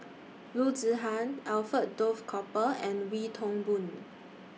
Loo Zihan Alfred Duff Cooper and Wee Toon Boon